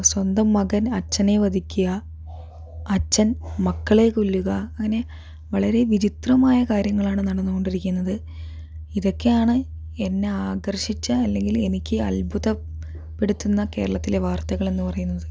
സ്വന്തം മകൻ അച്ഛനെ വധിക്കുക അച്ഛൻ മക്കളെ കൊല്ലുക അങ്ങനെ വളരെ വിചിത്രമായ കാര്യങ്ങളാണ് നടന്ന് കൊണ്ടിരിക്കുന്നത് ഇതൊക്കെയാണ് എന്നെ ആകർഷിച്ച അല്ലെങ്കിൽ എനിക്ക് അത്ഭുതപ്പെടുത്തുന്ന കേരളത്തിലെ വാർത്തകൾ എന്ന് പറയുന്നത്